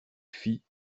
fit